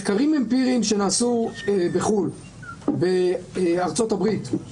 רק אני אומר, זה לא בשמים לעשות את ההבחנות האלה.